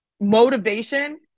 motivation